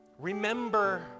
Remember